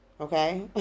Okay